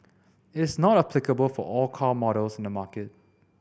it's not applicable for all car models in the market